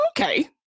Okay